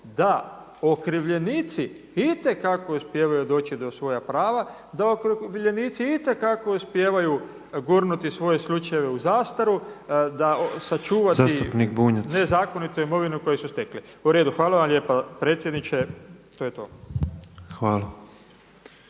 da okrivljenici itekako uspijevaju doći do svoja prava, da okrivljenici itekako uspijevaju gurnuti svoje slučaj u zastaru, da sačuva nezakonitu imovinu koju su stekli. **Petrov, Božo (MOST)** Zastupnik Bunjac.